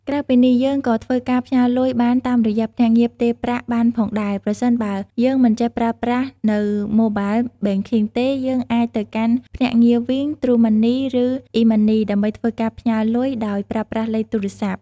ក្រៅពីនេះយើងក៏ធ្វើការផ្ញើរលុយបានតាមរយៈភ្នាក់ងារផ្ទេរប្រាក់បានផងដែរ ប្រសិនបើយើងមិនចេះប្រើប្រាស់នៅMobile Banking ទេយើងអាចទៅកាន់ភ្នាក់ងារវីង ទ្រូម៉ាន់នី និងអុីម៉ាន់នី ដើម្បីធ្វើការផ្ញើលុយដោយប្រើប្រាស់លេខទូរស័ព្ទ។